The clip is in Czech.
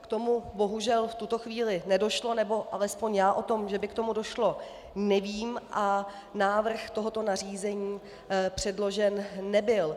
K tomu bohužel v tuto chvíli nedošlo nebo alespoň já o tom, že by k tomu došlo, nevím, a návrh tohoto nařízení předložen nebyl.